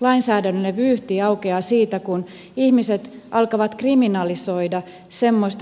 lainsäädännöllinen vyyhti aukeaa siitä kun ihmiset alkavat kriminalisoida semmoista käsitettä kun vaino